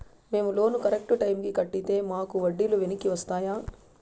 మేము loan correct టైముకి కట్టితే మాకు వడ్డీ లు వెనక్కి వస్తాయా?